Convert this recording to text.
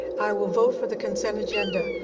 i will vote for the consent agenda.